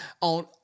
on